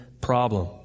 problem